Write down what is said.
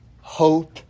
Hope